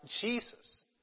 Jesus